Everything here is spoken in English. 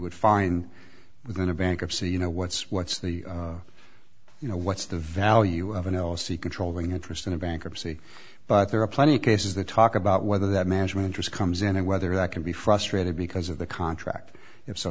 would find within a bankruptcy you know what's what's the you know what's the value of n l c controlling interest in a bankruptcy but there are plenty cases they talk about whether that management risk comes in and whether that can be frustrated because of the contract if so